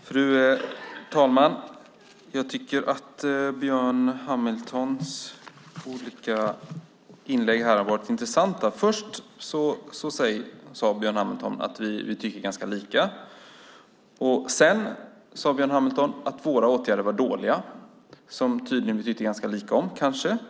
Fru talman! Jag tycker att Björn Hamiltons olika inlägg här har varit intressanta. Först sade Björn Hamilton att vi tycker ganska lika. Sedan sade Björn Hamilton att våra åtgärder var dåliga, som vi tydligen tyckte ganska lika om, kanske.